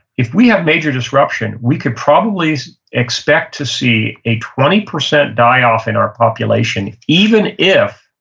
if we have major disruption, we could probably expect to see a twenty percent die-off in our population even if